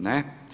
Ne.